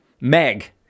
meg